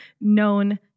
known